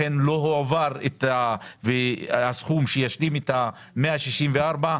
לכן לא הועבר הסכום שישלים את ה-164 מיליון,